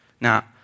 Now